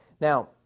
Now